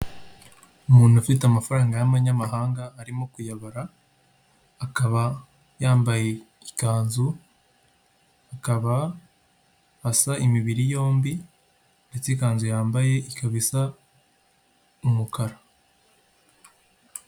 Umuntu ufite amafaranga y'abanyamahanga arimo kuyabara akaba yambaye ikanzu, akaba asa imibiri yombi ndetse ikanzu yambaye ikaba isa umukara.